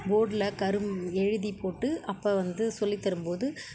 போர்டில் கரும் எழுதிப் போட்டு அப்போ வந்து சொல்லித் தரும் போது